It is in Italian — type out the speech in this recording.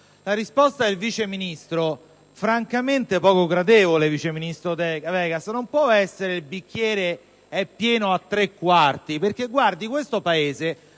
La risposta del Vice Ministro francamente è poco gradevole: non può essere che il bicchiere sia pieno a tre quarti. Il fatto è che questo Paese